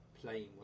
playing